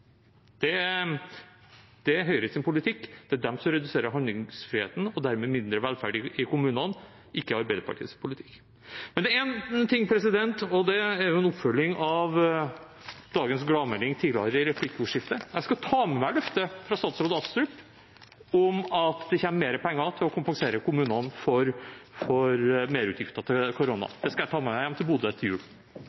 Det er Høyres politikk. Det er de som reduserer handlingsfriheten – og dermed mindre velferd i kommunene – ikke Arbeiderpartiets politikk. Men det er én ting, og det er en oppfølging av dagens gladmelding tidligere i replikkordskiftet: Jeg skal ta med meg løftet fra statsråd Astrup om at det kommer mer penger til å kompensere kommunene for merutgifter til korona.